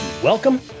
Welcome